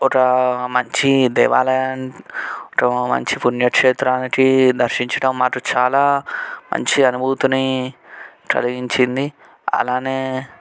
ఒక మంచి దేవాలయం ఒక మంచి పుణ్యక్షేత్రానికి దర్శించడం మాకు చాలా మంచి అనుభూతిని కలిగించింది అలానే